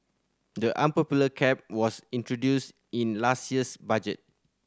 the unpopular cap was introduced in last year's budget